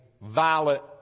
violent